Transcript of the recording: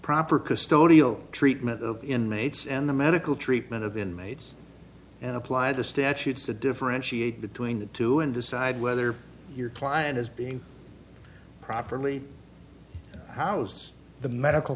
proper custodial treatment of inmates and the medical treatment of inmates and apply the statutes to differentiate between the two and decide whether your client is being properly house the medical